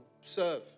serve